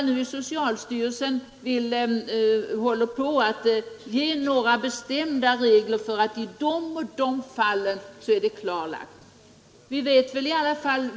Socialstyrelsen håller för närvarande på att försöka definiera de tecken som kan utgöra säkra bevis för att en hjärndöd människa är helt död.